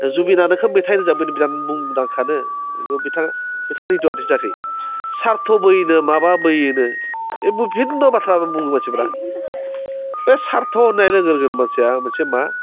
जुबिनानो बिराथ मुंदांखानो बिथाङा बिथाङा सार्थ बोयोनो माबा बोयोनो बे बिभिन्न बाथ्रा बुङो मानसिफ्रा बे सार्थ होननाय लोगो लोगोनो मानसिया मोनसे मा